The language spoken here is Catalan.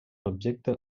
objecte